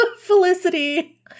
Felicity